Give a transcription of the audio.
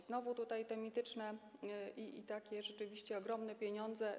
Znowu tutaj te mityczne i rzeczywiście ogromne pieniądze.